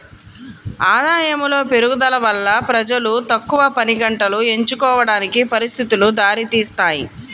ఆదాయములో పెరుగుదల వల్ల ప్రజలు తక్కువ పనిగంటలు ఎంచుకోవడానికి పరిస్థితులు దారితీస్తాయి